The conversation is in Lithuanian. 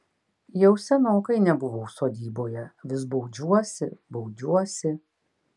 jau senokai nebuvau sodyboje vis baudžiuosi baudžiuosi